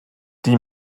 die